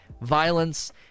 Violence